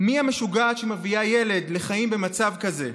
מי המשוגעת שמביאה ילד לחיים במצב כזה?